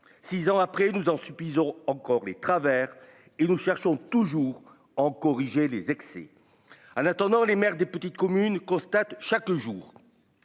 6 ans après, nous en supplie auront encore les travers et nous cherchons toujours en corriger les excès en attendant, les maires des petites communes, constate chaque jour